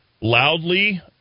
loudly